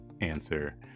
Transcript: answer